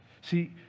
See